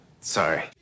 sorry